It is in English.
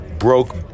Broke